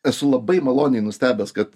esu labai maloniai nustebęs kad